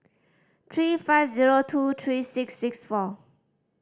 three five zero two three six six four